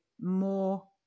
more